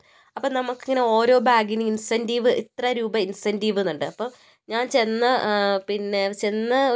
അപ്പോൾ നമുക്കിങ്ങനെ ഒരോ ബാഗിന് ഇൻസെൻറ്റീവ് ഇത്ര രൂപ ഇൻസെൻറ്റീവ്ന്നുണ്ട് അപ്പം ഞാൻ ചെന്ന പിന്നെ ചെന്ന ഒരു